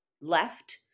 left